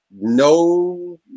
No